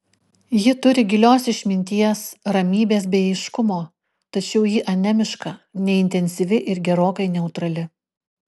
ji turi gilios išminties ramybės bei aiškumo tačiau ji anemiška neintensyvi ir gerokai neutrali